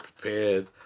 prepared